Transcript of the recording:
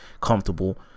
comfortable